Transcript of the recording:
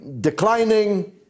declining